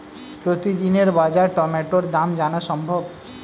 প্রতিদিনের বাজার টমেটোর দাম জানা সম্ভব?